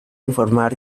informar